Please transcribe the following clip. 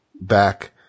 back